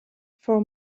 for